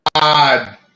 God